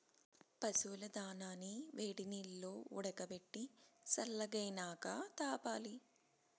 పశువుల దానాని వేడినీల్లో ఉడకబెట్టి సల్లగైనాక తాపాలి